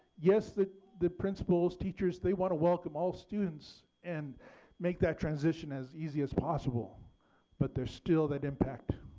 yes the the principals, teachers they want to welcome all students and make that transition as easy as possible but there's still that impact